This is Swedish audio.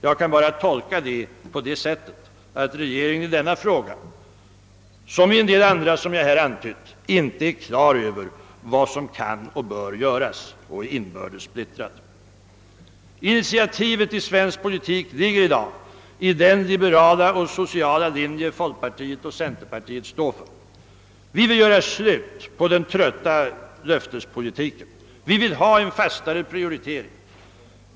Jag kan bara tolka det så att regeringen i denna fråga som i en del andra frågor som jag här har antytt inte är på det klara med vad som kan och bör göras och är inbördes splittrad. Initiativet i svensk politik ligger i dag i den liberala och sociala linje som folkpartiet och centerpartiet företräder. Vi vill göra slut på den trötta löftespolitiken. Vi vill ha en fastare prioritering.